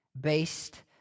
based